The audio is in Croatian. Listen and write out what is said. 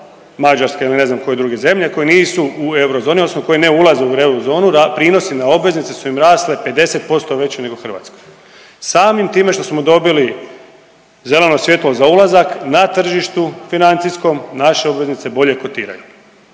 Mađarska ili ne znam koje druge zemlje koje nisu u eurozoni odnosno koje ne ulaze u eurozonu prinosi na obveznice su im rasle 50% veće nego Hrvatskoj. Samim time što smo dobili zeleno svjetlo za ulazak na tržištu financijskom naše obveznice bolje kotiraju,